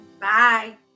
Bye